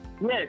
Yes